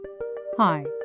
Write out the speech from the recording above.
Hi